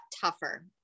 tougher